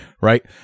right